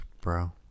bro